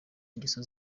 ingeso